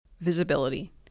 Visibility